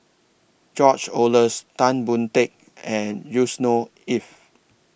George Oehlers Tan Boon Teik and Yusnor Ef